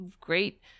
great